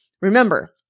Remember